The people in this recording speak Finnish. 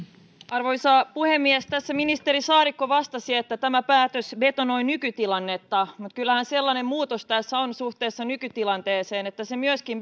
arvoisa puhemies tässä ministeri saarikko vastasi että tämä päätös betonoi nykytilanteen mutta kyllähän sellainen muutos tässä on suhteessa nykytilanteeseen että se myöskin